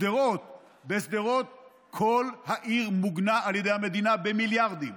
בשדרות כל העיר מוגנה על ידי המדינה במיליארדים.